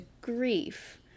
grief